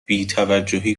بیتوجهی